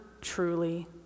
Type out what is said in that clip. truly